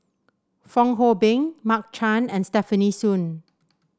Fong Hoe Beng Mark Chan and Stefanie Sun